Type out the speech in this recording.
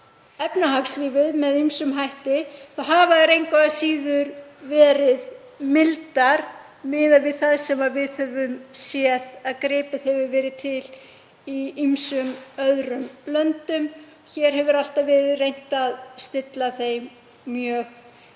efnahagslífið með ýmsum hætti, hafa engu að síður verið mildar miðað við það sem við höfum séð að gripið hefur verið til í ýmsum öðrum löndum. Hér hefur alltaf verið reynt að stilla þeim mjög í